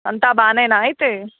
అంతా బాగానేనా అయితే